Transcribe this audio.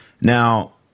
Now